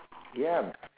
ya